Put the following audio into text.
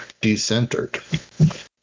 decentered